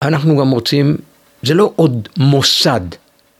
אנחנו גם רוצים, זה לא עוד מוסד